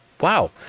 wow